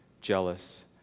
jealous